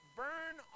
burn